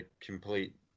complete